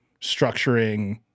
structuring